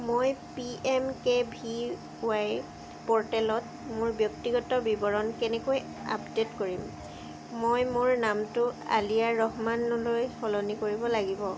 মই P M K V Y প'ৰ্টেলত মোৰ ব্যক্তিগত বিৱৰণ কেনেকৈ আপডে'ট কৰিম মই মোৰ নামটো আলিয়া ৰহমানলৈ সলনি কৰিব লাগিব